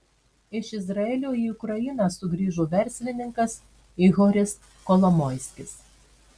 iš izraelio į ukrainą sugrįžo verslininkas ihoris kolomoiskis